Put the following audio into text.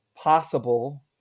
Possible